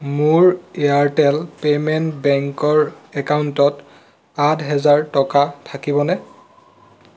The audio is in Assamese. মোৰ এয়াৰটেল পে'মেণ্ট বেংকৰ একাউণ্টত আঠ হেজাৰ টকা থাকিবনে